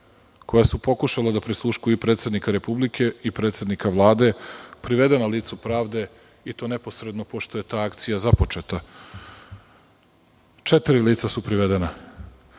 koja su pokušala da prisluškuju, i predsednika Republike i predsednika Vlade, privedena licu pravde, i to neposredno pošto je ta akcija započeta. Privedena